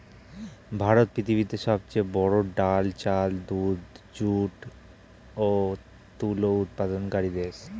ভারত পৃথিবীতে সবচেয়ে বড়ো ডাল, চাল, দুধ, যুট ও তুলো উৎপাদনকারী দেশ